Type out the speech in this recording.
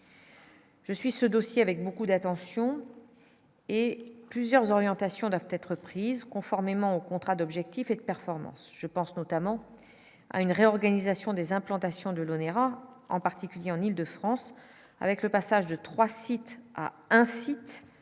Je suis ce dossier avec beaucoup d'attention et plusieurs orientations doivent être prises, conformément au contrat d'objectifs et de performance, je pense notamment à une réorganisation des implantations Delaunay rend, en particulier en Île-de-France avec le passage de 3 sites à un site